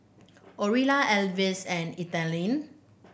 Orilla Alvis and Ethelene